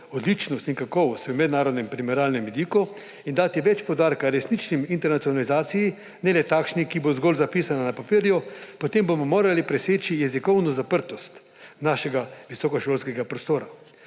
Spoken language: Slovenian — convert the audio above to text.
odličnost in kakovost v mednarodnem primerjalnem vidiku in dati več poudarka resnični internacionalizaciji, ne le takšni, ki bo zgolj zapisana na papirju, potem bomo morali preseči jezikovno zaprtost našega visokošolskega prostora.